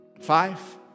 Five